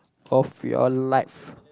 of your life